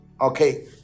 okay